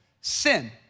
sin